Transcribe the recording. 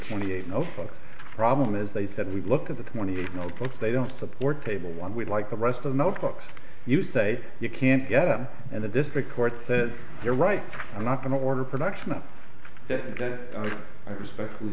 twenty eight no such problem as they said we've looked at the twenty eight votes they don't support table one we'd like the rest of the folks you say you can't get them and the district court says you're right i'm not going to order production of that